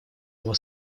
его